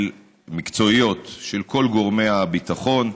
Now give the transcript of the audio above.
מקצועיות של כל גורמי הביטחון.